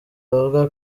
bavuga